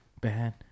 Bad